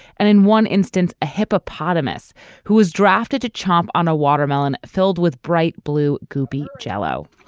and in one instance a hippopotamus who was drafted to chomp on a watermelon filled with bright blue goopy jello